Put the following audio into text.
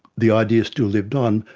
the idea still lived on,